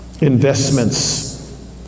investments